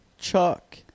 Chuck